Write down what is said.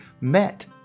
met